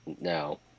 No